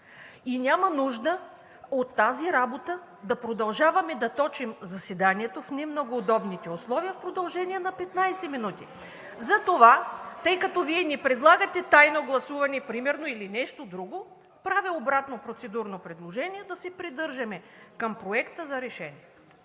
И няма нужда от тази работа – да продължаваме да точим заседанието, в не много удобните условия, в продължение на 15 минути. Затова, тъй като Вие не предлагате тайно гласуване например или нещо друго, правя обратно процедурно предложение да се придържаме към Проекта за решение.